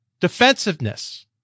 Defensiveness